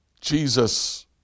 Jesus